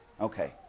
Okay